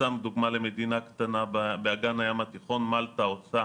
סתם דוגמה למדינה קטנה באגן הים התיכון, מלטה עושה